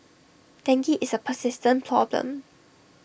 dengue is A persistent problem